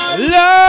Love